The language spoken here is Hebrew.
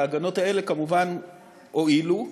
ההגנות האלה כמובן הועילו.